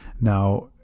Now